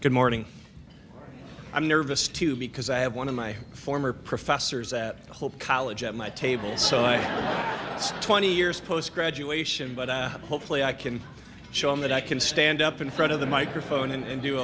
good morning i'm nervous too because i have one of my former professors at hope college at my table so i guess twenty years post graduation but i hopefully i can show him that i can stand up in front of the microphone and